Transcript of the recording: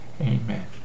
Amen